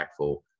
impactful